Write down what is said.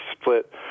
split